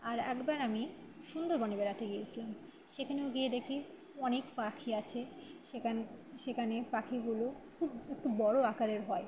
আর একবার আমি সুন্দরবনে বেড়াতে গিয়েছিলাম সেখানেও গিয়ে দেখি অনেক পাখি আছে সেখান সেখানে পাখিগুলো খুব একটু বড় আকারের হয়